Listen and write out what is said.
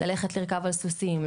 ללכת לרכב על סוסים,